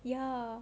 ya